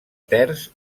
terç